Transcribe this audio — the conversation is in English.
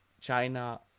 China